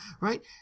right